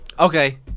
Okay